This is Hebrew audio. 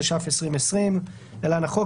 התש"ף-2020 (להלן החוק),